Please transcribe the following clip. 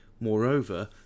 Moreover